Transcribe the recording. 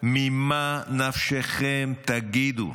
ממה נפשכם, תגידו?